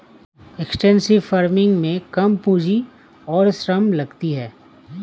extensive farming में कम पूंजी और श्रम लगती है